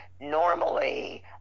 normally